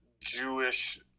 Jewish